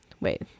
wait